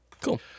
Cool